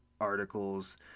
articles